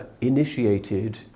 initiated